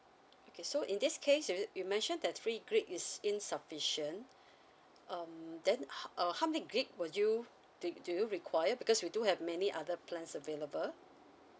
okay so in this case you men~ you mention that three gig is insufficient um then h~ uh how many gig would you do you do you require because we do have many other plans available